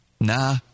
Nah